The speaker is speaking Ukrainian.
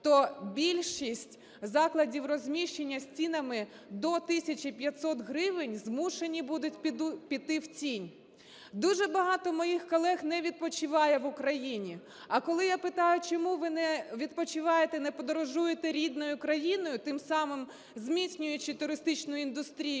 то більшість закладів розміщення з цінами до 1 тисячі 500 гривень змушені будуть піти в тінь. Дуже багато моїх колег не відпочиває в Україні. А коли я питаю: "Чому ви не відпочиваєте, не подорожуєте рідною країною, тим самим зміцнюючи туристичну індустрію